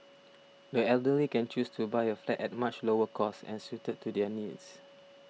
the elderly can choose to buy a flat at much lower cost and suited to their needs